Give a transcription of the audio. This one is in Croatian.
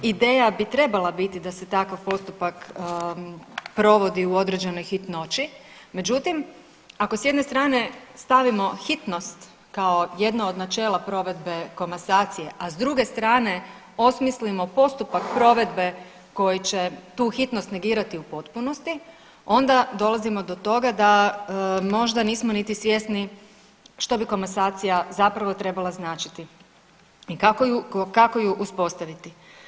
Ideja bi trebala biti da se takav postupak provodi u određenoj hitnoći, međutim ako s jedne strane stavimo hitnost kao jedno od načela provedbe komasacije, a s druge strane osmislimo postupak provedbe koji će tu hitnost negirati u potpunosti onda dolazimo do toga da možda nismo niti svjesni što bi komasacija zapravo trebala značiti i kako ju, kako ju uspostaviti.